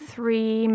Three